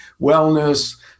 wellness